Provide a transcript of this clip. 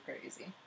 crazy